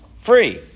free